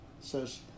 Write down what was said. says